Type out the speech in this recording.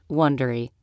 wondery